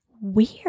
weird